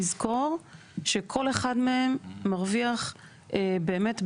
לזכור שכל אחד מהם מרוויח באמת בענק.